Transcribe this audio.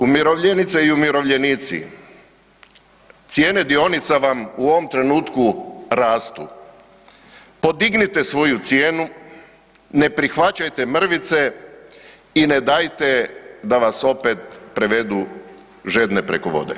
Umirovljenice i umirovljenici cijene dionica vam u ovom trenutku rastu, podignite svoju cijenu, ne prihvaćajte mrvice i ne dajte da vas opet prevedu žedne preko vode.